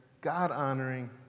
God-honoring